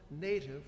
native